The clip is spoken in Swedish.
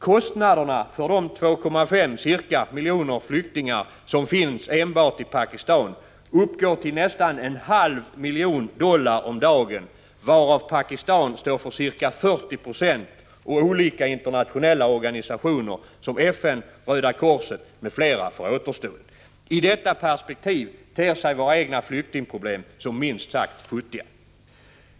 Kostnaderna för de ca 2,5 miljoner flyktingar som finns enbart i Pakistan uppgår till nästan en halv miljon dollar om dagen, varav Pakistan står för ca 40 96 och olika internationella organisationer, som FN, Röda korset m.fl., för återstoden. I detta perspektiv ter sig våra egna flyktingproblem som minst sagt futtiga.